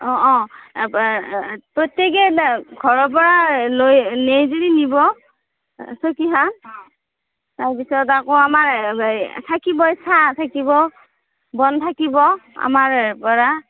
অঁ অঁ প্ৰত্যেকেই ঘৰৰ পৰা লৈ লেই যদি নিব চকীখান তাৰপিছত আকৌ আমাৰ এই থাকিবই চাহ থাকিব বন থাকিব আমাৰ পৰা